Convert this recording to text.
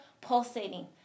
pulsating